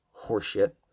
horseshit